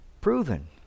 proven